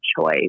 choice